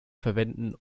verwenden